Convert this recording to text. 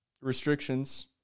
Restrictions